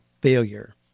failure